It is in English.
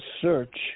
search